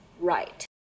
right